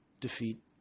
defeat